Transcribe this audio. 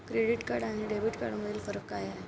Credit card आणि debit कार्डमधील फरक काय आहे?